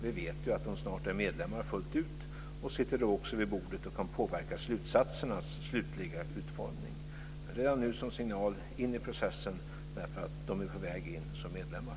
Vi vet att de snart är medlemmar fullt ut, och de sitter då med vid bordet och kan påverka slutsatsernas slutliga utformning. Redan nu är det en signal om att komma in i processen därför att de är på väg in som medlemmar.